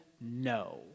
no